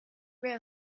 wer